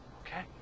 okay